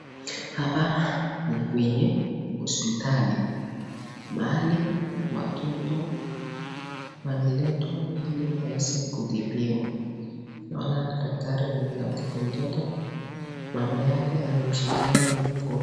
Hapa ni kwenye hospitali mahali watoto wanaletwa ili waweze kutibiwa. Naona daktari huyu anamtibu mtoto mama yake amemshikilia kwa hii mkono.